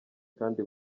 kandi